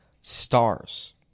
stars